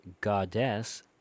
goddess